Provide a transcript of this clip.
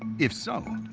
if so,